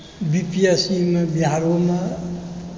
बीपीएससीमे बिहारोमे